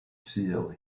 sul